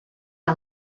que